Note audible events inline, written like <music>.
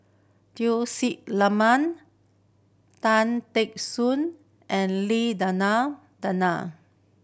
Tun Sri <unintelligible> Tan Teck Soon and Lim Denan Denon